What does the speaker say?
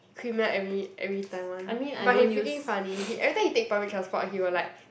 Creamier every every time [one] but he freaking funny he every time he take public transport he will like